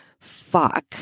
fuck